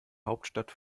hauptstadt